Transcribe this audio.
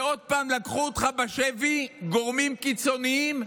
ועוד פעם לקחו אותך בשבי גורמים קיצוניים,